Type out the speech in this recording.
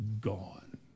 gone